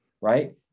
right